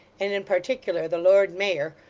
and in particular the lord mayor,